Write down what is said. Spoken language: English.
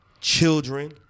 children